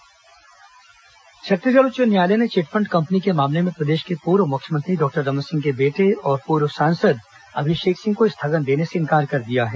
high court सुनवाई छत्तीसगढ़ उच्च न्यायालय ने चिटफंट कंपनी के मामले में प्रदेश के पूर्व मुख्यमंत्री डॉक्टर रमन सिंह के बेटे और पूर्व सांसद अभिषेक सिंह को स्थगन देने से इंकार कर दिया है